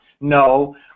No